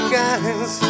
guys